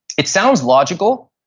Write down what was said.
it sounds logical,